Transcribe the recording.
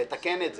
שצריך לתקן את זה.